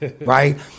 right